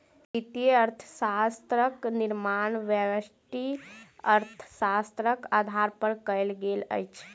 वित्तीय अर्थशास्त्रक निर्माण व्यष्टि अर्थशास्त्रक आधार पर कयल गेल अछि